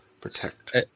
protect